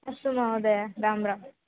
अस्तु महोदय राम् राम्